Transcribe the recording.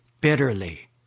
bitterly